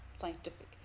scientific